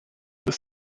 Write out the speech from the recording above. this